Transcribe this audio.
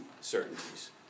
certainties